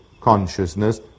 consciousness